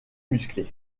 musclées